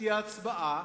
תהיה ההצבעה,